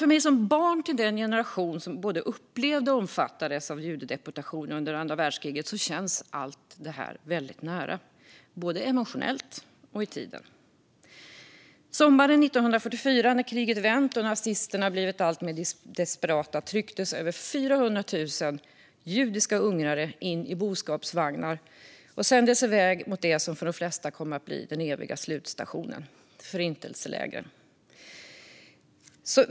För mig som barn till den generation som både upplevde och omfattades av judedeportationerna under andra världskriget känns allt det här väldigt nära, både emotionellt och i tiden. Sommaren 1944, när kriget hade vänt och nazisterna blev alltmer desperata, trycktes över 400 000 judiska ungrare in i boskapsvagnar och sändes iväg mot det som för de flesta kom att bli den eviga slutstationen - förintelselägren.